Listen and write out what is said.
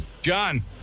John